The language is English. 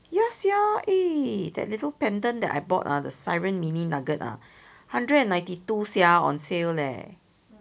ya sia eh that little pendant that I bought ah the siren mini nugget ah hundred and ninety two sia on sale leh